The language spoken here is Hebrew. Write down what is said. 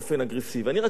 אני רק מבקש בקשה,